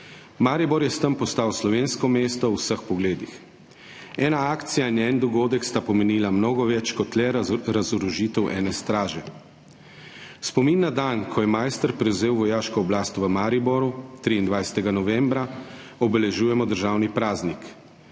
Maribor je s tem postal slovensko mesto v vseh pogledih. Ena akcija in en dogodek sta pomenila mnogo več kot le razorožitev ene straže. Spomin na dan, ko je Maister prevzel vojaško oblast v Mariboru, 23. novembra, obeležujemo državni praznik.